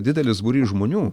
didelis būrys žmonių